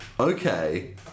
Okay